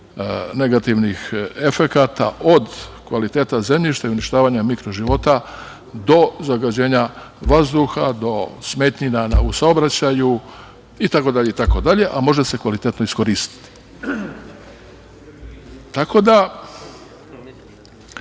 negativnih efekata, od kvaliteta zemljišta i uništavanja mikroživota, do zagađenja vazduha, do smetnji u saobraćaju itd. a može se kvalitetno iskoristiti. Tako da